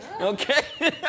Okay